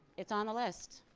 it's on the list.